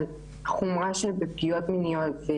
על חומרה של פגיעות מיניות,